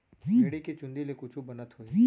भेड़ी के चूंदी ले कुछु बनत होही?